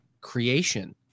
creation